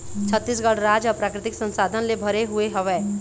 छत्तीसगढ़ राज ह प्राकृतिक संसाधन ले भरे हुए हवय